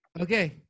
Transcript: Okay